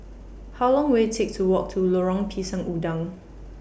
How Long Will IT Take to Walk to Lorong Pisang Udang